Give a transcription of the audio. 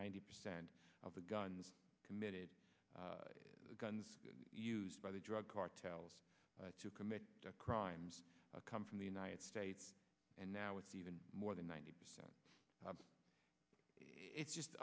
ninety percent of the guns committed the guns used by the drug cartels to commit crimes come from the united states and now it's even more than ninety percent it's just